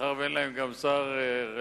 מאחר שאין להם גם שר רלוונטי,